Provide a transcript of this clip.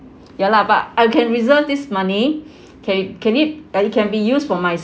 ya lah but I can reserve this money can can it uh it can be used for myself